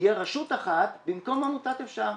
תהיה רשות אחת במקום עמותת "אפשר",